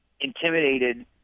intimidated